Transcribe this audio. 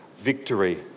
Victory